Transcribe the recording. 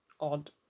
odd